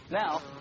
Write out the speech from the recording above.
Now